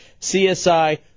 CSI